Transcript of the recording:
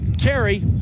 carry